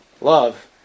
Love